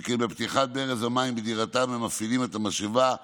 שכן בפתיחת ברז המים בדירתם הם מפעילים את המשאבה החשמלית,